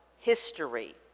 history